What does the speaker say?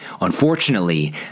Unfortunately